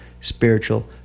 spiritual